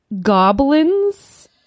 goblins